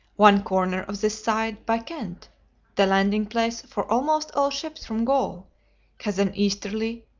one corner of this side, by kent the landing-place for almost all ships from gaul has an easterly,